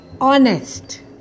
honest